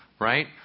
right